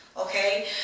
Okay